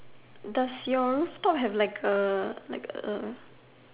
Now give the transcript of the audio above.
does your store have like a like A